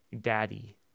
Daddy